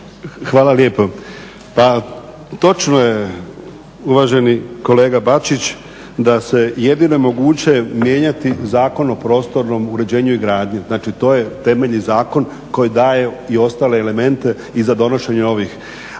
Hvala lijepo. Pa točno je uvaženi kolega Bačić da se jedine moguće mijenjati Zakon o prostornom uređenju i gradnji. Znači to je temeljni zakon koji daje i ostale elemente i za donošenje ovih